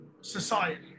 society